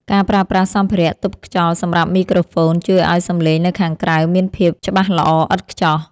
ការប្រើប្រាស់សម្ភារៈទប់ខ្យល់សម្រាប់មីក្រូហ្វូនជួយឱ្យសំឡេងនៅខាងក្រៅផ្ទះមានភាពច្បាស់ល្អឥតខ្ចោះ។